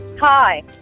Hi